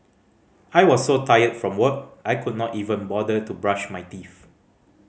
I was so tired from work I could not even bother to brush my teeth